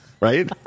Right